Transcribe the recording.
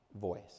voice